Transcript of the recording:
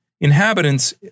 inhabitants